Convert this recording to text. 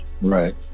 right